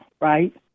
right